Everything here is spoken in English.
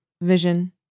vision